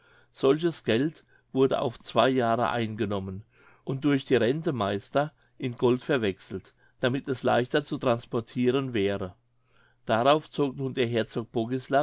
solches geld wurde auf zwei jahre eingenommen und durch die rentemeister in gold verwechselt damit es leichter zu transportiren wäre darauf zog nun der herzog